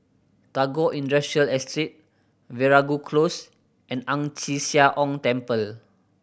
Tagore Industrial Estate Veeragoo Close and Ang Chee Sia Ong Temple